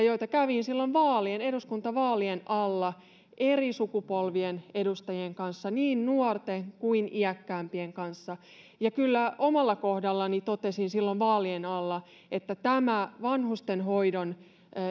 joita kävin eduskuntavaalien alla eri sukupolvien edustajien kanssa niin nuorten kuin iäkkäämpien kanssa ja kyllä omalla kohdallani totesin silloin vaalien alla että tämä vanhustenhoidon